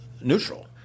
neutral